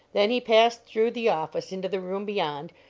then he passed through the office into the room beyond,